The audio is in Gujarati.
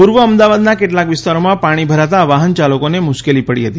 પૂર્વ અમદાવાદના કેટલાક વિસ્તારોમાં પાણી ભરાતા વાહનચાલકોને મુશ્કેલી પડી હતી